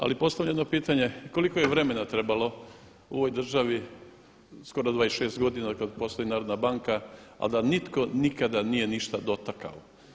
Ali postavljam jedno pitanje koliko je vremena trebalo u ovoj državi skoro 26 godina od kad postoji Narodna banka ali da nitko nikada nije ništa dotakao.